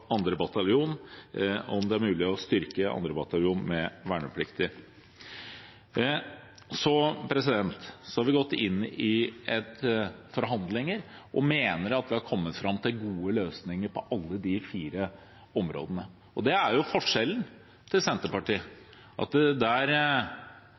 bataljon, om det er mulig å styrke 2. bataljon med vernepliktige. Så har vi gått inn i forhandlinger, og vi mener at vi har kommet fram til gode løsninger på alle de fire områdene. Det er forskjellen